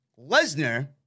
Lesnar